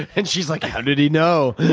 and she's like, how did he know?